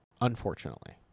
Unfortunately